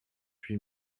huit